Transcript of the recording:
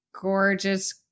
gorgeous